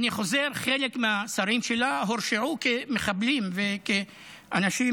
אני חוזר: שחלק מהשרים שלה הורשעו כמחבלים וכאנשים